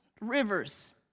rivers